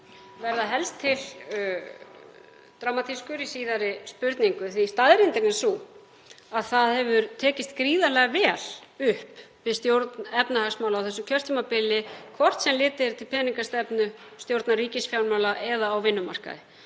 verða helst til dramatískur í síðari spurningu. Staðreyndin er sú að tekist hefur gríðarlega vel upp við stjórn efnahagsmála á þessu kjörtímabili, hvort sem litið er til peningastefnu, stjórnar ríkisfjármála eða á vinnumarkaði.